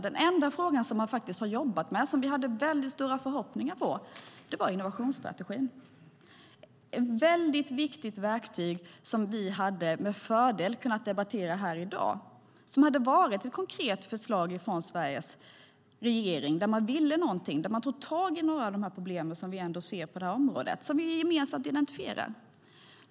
Den enda frågan som man faktiskt har jobbat med och som vi hade väldigt stora förhoppningar på var innovationsstrategin, ett väldigt viktigt verktyg som vi med fördel hade kunnat debattera här i dag. Det hade varit ett konkret förslag från Sveriges regering där man ville någonting, där man tog tag i några av de problem som vi ser på det här området och som vi gemensamt identifierar.